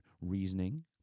reasoning